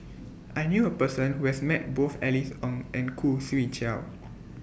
I knew A Person Who has Met Both Alice Ong and Khoo Swee Chiow